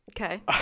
Okay